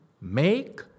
make